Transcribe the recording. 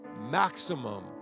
maximum